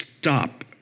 stop